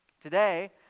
today